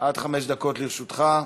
עד חמש דקות לרשותך.